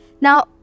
Now